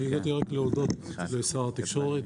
אני באתי רק להודות לשר התקשורת